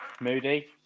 Moody